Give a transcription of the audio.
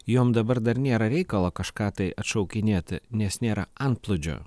jom dabar dar nėra reikalo kažką tai atšaukinėti nes nėra antplūdžio